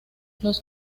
los